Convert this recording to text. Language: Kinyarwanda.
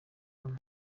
nouah